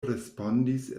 respondis